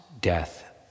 death